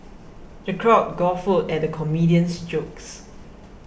the crowd guffawed at the comedian's jokes